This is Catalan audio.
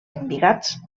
embigats